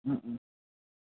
ও